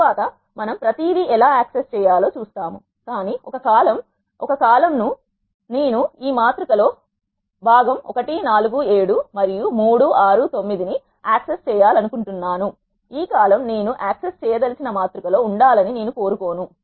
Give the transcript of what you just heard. తరువాత మనం ప్రతి దీ ఎలా యాక్సెస్ చేయాలో చూస్తాము కానీ ఒక కాలమ్ నేను ఈ మాతృక లో ఈ భాగం 1 4 7 మరియు 3 6 9 నీ యాక్సెస్ చేయాలనుకుంటున్నాను ఈ కాలమ్ నేను యాక్సెస్ చేయదలచిన మాతృక లో ఉండాలని నేను కోరుకోను